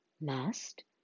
Must